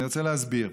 אני רוצה להסביר: